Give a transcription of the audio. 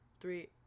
Three